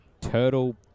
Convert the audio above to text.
turtle